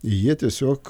jie tiesiog